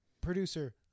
producer